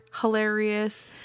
hilarious